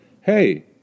Hey